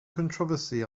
controversy